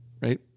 right